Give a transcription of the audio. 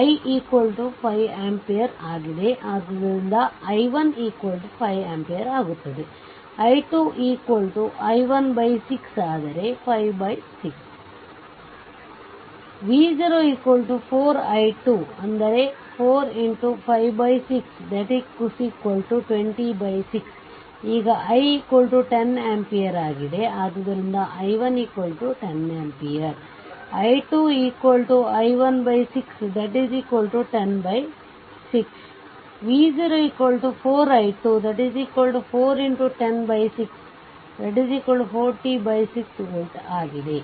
ಆದ್ದರಿಂದ v0 4 i2 i 5 ampere ಆಗಿದೆ ಆದುದರಿಂದ i15amps i2 i1 6 56 v04i24x56 206 ಈಗ i 10 ampere ಆಗಿದೆ ಆದುದರಿಂದ i110amps i2 i1 6 106 v0 4i2 4x106 406 volt ಆಗಿದೆ